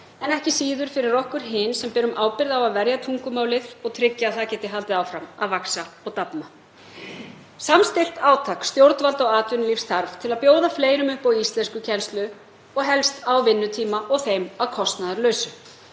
en ekki síður fyrir okkur sem berum ábyrgð á að verja tungumálið og tryggja að það geti haldið áfram að vaxa og dafna. Samstillt átak stjórnvalda og atvinnulífs þarf til að bjóða fleirum upp á íslenskukennslu, helst á vinnutíma og þeim að kostnaðarlausu.